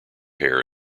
hair